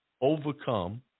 overcome